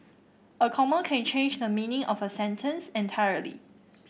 a comma can change the meaning of a sentence entirely